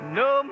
no